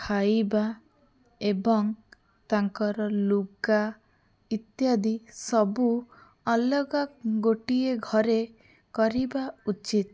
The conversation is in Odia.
ଖାଇବା ଏବଂ ତାଙ୍କର ଲୁଗା ଇତ୍ୟାଦି ସବୁ ଅଲଗା ଗୋଟିଏ ଘରେ କରିବା ଉଚିତ୍